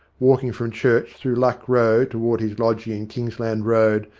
walking from church through luck row toward his lodgings in kingsland road,